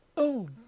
Oh